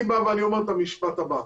אני בא ואני אומר את המשפט הבא,